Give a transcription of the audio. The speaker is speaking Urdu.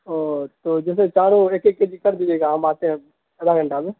اوہ تو جیسے چاروں ایک ایک کے جی کر دیجیے گا ہم آتے ہیں آدھا گھنٹہ میں